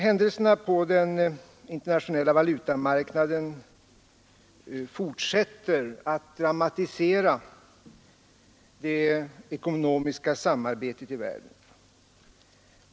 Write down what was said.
Händelserna på den internationella valutamarknaden fortsätter att dramatisera det ekonomiska samarbetet i världen.